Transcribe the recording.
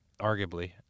Arguably